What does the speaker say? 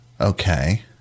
Okay